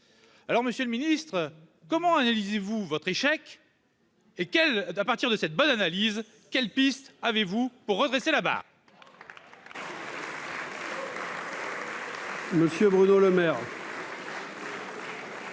alors Monsieur le Ministre, comment analysez-vous votre échec et quelle à partir de cette bonne analyse quelles pistes avez-vous pour redresser la barre. Monsieur Bruno Lemaire.